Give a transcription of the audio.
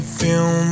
feel